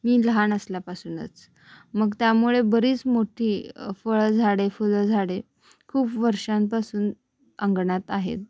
मी लहान असल्यापासूनच मग त्यामुळे बरीच मोठी फळझाडे फुलझाडे खूप वर्षांपासून अंगणात आहेत